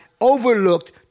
overlooked